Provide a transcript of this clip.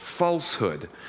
falsehood